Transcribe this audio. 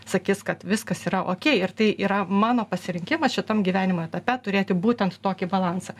sakys kad viskas yra okei ir tai yra mano pasirinkimas šitam gyvenimo etape turėti būtent tokį balansą